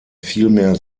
vielmehr